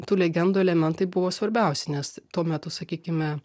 tų legendų elementai buvo svarbiausi nes tuo metu sakykime